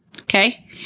Okay